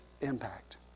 impact